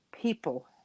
people